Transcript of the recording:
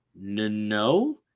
No